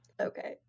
Okay